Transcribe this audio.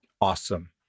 awesome